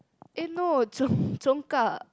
eh no cong~ Congkak